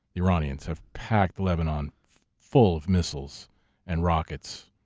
iranians have packed lebanon full of missiles and rockets,